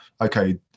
okay